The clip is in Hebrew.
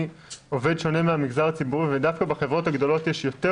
עובד שונה מהמגזר הציבורי ודווקא בחברות הגדולות יש יותר